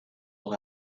will